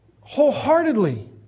wholeheartedly